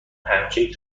پنکیک